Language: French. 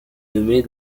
nommée